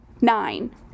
nine